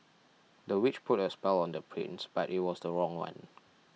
the witch put a spell on the prince but it was the wrong one